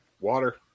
Water